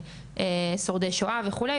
שורדי שואה וכדומה,